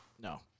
no